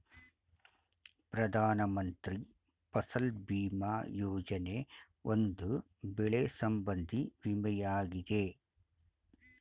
ಪ್ರಧಾನ ಮಂತ್ರಿ ಫಸಲ್ ಭೀಮಾ ಯೋಜನೆ, ಒಂದು ಬೆಳೆ ಸಂಬಂಧಿ ವಿಮೆಯಾಗಿದೆ